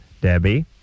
Debbie